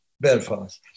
Belfast